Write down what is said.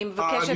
אני מבקשת.